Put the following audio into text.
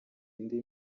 indi